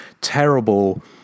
terrible